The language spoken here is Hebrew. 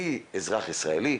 אני אזרח ישראלי,